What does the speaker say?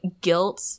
guilt